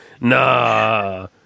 nah